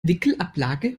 wickelablage